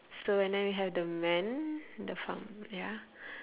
so and then we have the man the farm ya